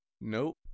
nope